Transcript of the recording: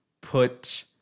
put